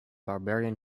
barbarian